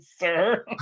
sir